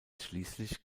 schließlich